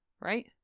right